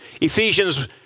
Ephesians